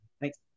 Thanks